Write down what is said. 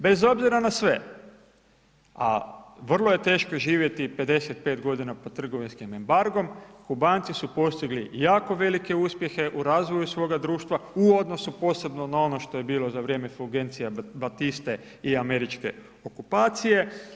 Bez obzira na sve, a vrlo je teško živjeti 55 godina pod trgovinskim embargom, Kubanci su postigli jako velike uspjehe u razvoju svoga društva u odnosu posebno na ono što je bilo za vrijeme za vrijeme Fulgencia Betiste i američke okupacije.